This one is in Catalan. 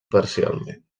parcialment